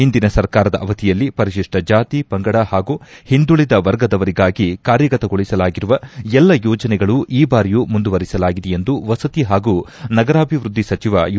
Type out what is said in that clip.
ಹಿಂದಿನ ಸರ್ಕಾರದ ಅವಧಿಯಲ್ಲಿ ಪರಿಶಿಷ್ಲ ಜಾತಿ ಪಂಗಡ ಪಾಗೂ ಹಿಂದುಳದ ವರ್ಗದವರಿಗಾಗಿ ಕಾರ್ಯಗತಗೊಳಿಸಲಾಗಿರುವ ಎಲ್ಲ ಯೋಜನೆಗಳು ಈ ಬಾರಿಯೂ ಮುಂದುವರೆಸಲಾಗಿದೆ ಎಂದು ವಸತಿ ಹಾಗೂ ನಗರಾಭಿವೃದ್ದಿ ಸಚಿವ ಯು